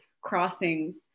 crossings